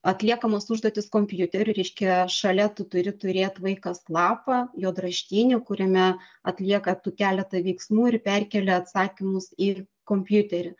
atliekamos užduotys kompiuteriu reiškia šalia tu turi turėt vaikas lapą juodraštinį kuriame atlieka tų keletą veiksmų ir perkelia atsakymus į kompiuterį